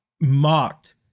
mocked